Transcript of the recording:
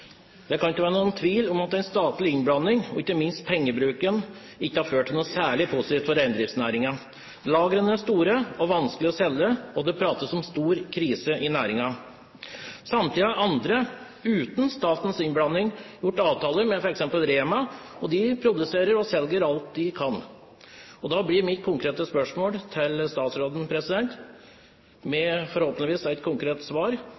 Det kan ikke være noen tvil om at en statlig innblanding, og ikke minst pengebruken, ikke har ført til noe særlig positivt for reindriftsnæringen. Lagrene er store og vanskelige å selge, og det prates om stor krise i næringen. Samtidig har andre, uten statens innblanding, gjort avtaler med f.eks. REMA 1000, og de produserer og selger alt de kan. Da blir mitt konkrete spørsmål til statsråden, med et forhåpentligvis konkret svar: